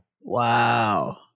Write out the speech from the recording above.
Wow